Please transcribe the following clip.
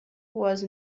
was